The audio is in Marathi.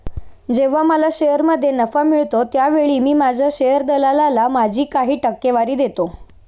जेव्हा मला शेअरमध्ये नफा मिळतो त्यावेळी मी माझ्या शेअर दलालाला माझी काही टक्केवारी देतो